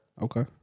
Okay